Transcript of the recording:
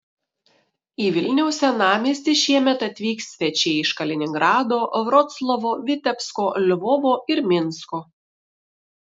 į vilniaus senamiestį šiemet atvyks svečiai iš kaliningrado vroclavo vitebsko lvovo ir minsko